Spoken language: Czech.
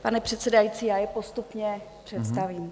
Pane předsedající, já je postupně představím.